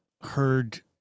heard